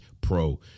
pro